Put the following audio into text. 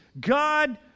God